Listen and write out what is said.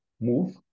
move